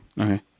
okay